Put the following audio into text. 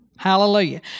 Hallelujah